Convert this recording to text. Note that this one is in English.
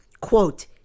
quote